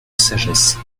sagesse